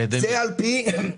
על ידי מי?